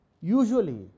Usually